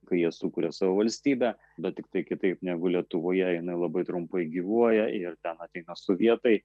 kai jie sukuria savo valstybę bet tiktai kitaip negu lietuvoje jinai labai trumpai gyvuoja ir ten ateina sovietai